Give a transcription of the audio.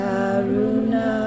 Karuna